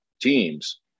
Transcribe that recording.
teams